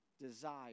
desire